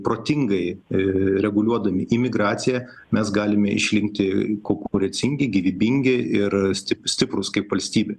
protingai reguliuodami imigraciją mes galime išlikti konkurencingi gyvybingi ir sti stiprūs kaip valstybė